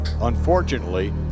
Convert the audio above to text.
unfortunately